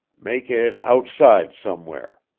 make it outside somewhere.